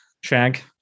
shag